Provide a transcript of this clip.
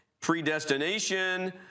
predestination